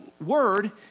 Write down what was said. Word